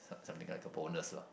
some something likea bonus lah